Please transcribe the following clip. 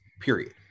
period